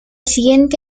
siguiente